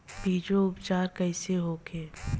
बीजो उपचार कईसे होखे?